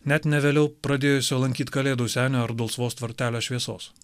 net ne vėliau pradėjusio lankyt kalėdų senio ar dulsvos tvartelio šviesos